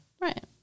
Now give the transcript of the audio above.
Right